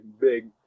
big